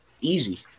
Easy